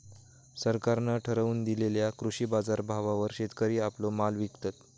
सरकारान ठरवून दिलेल्या कृषी बाजारभावावर शेतकरी आपलो माल विकतत